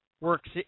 works